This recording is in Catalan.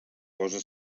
cosa